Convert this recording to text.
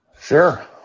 Sure